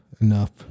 enough